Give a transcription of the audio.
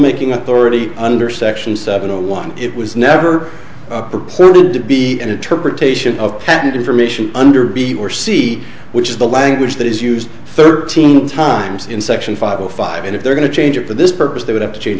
making authority under section seven zero one it was never purported to be an interpretation of patent information under b or c which is the language that is used thirteen times in section five zero five and if they're going to change it for this purpose they would have to change